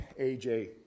AJ